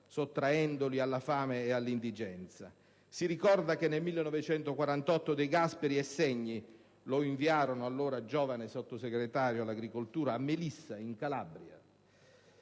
sottratti così alla fame ed all'indigenza. Si ricorda che nel 1948 De Gasperi e Segni lo inviarono - all'epoca giovane Sottosegretario di Stato per l'agricoltura - a Melissa, in Calabria,